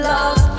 Love